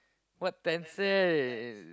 what tent say